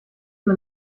mir